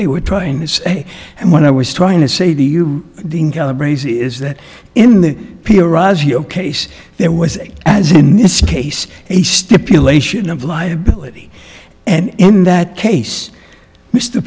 they were trying to say and when i was trying to say to you that in the case there was as in this case a stipulation of liability and in that case mr